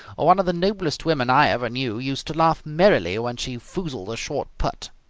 one of the noblest women i ever knew used to laugh merrily when she foozled a short putt.